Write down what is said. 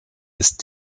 ist